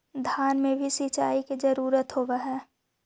धान मे भी सिंचाई के जरूरत होब्हय?